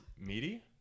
Meaty